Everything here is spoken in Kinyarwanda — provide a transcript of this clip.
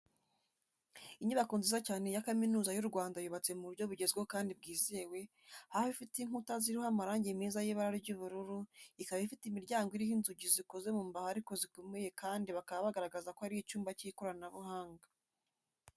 Inyubako nziza cyane ya Kaminuza y'u Rwanda yubatswe mu buryo bugezweho kandi bwizewe, aho ifite inkuta ziriho amarange meza y'ibara ry'ubururu, ikaba ifite imiryango iriho inzugi zikoze mu mbaho ariko zikomeye kandi bakaba bagaragaza ko ari icyumba cy'ikoranabuhanga.